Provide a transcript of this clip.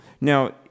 Now